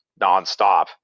nonstop